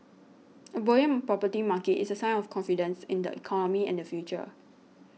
a buoyant property market is a sign of confidence in the economy and the future